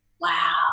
wow